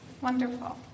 Wonderful